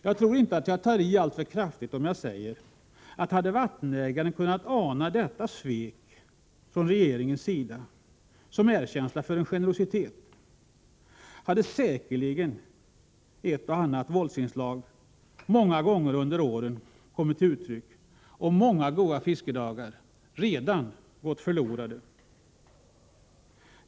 Jag tror inte att jag tar i alltför kraftigt om jag säger, att hade vattenägaren kunnat ana detta svek från regeringens sida som en erkänsla för generositet, hade säkerligen ett och annat våldsinslag många gånger under åren kommit till uttryck och många goda fiskedagar gått förlorade.